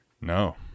No